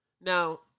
Now